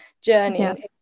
journey